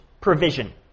provision